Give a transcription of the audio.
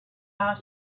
out